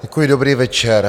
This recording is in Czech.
Děkuji, dobrý večer.